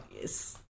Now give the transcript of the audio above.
Yes